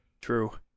True